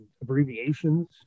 abbreviations